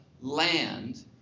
land